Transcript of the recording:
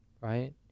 right